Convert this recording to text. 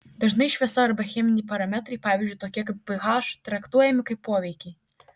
dažnai šviesa arba cheminiai parametrai pavyzdžiui tokie kaip ph traktuojami kaip poveikiai